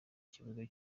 kibuga